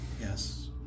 Yes